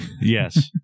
Yes